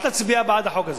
אל תצביע בעד החוק הזה.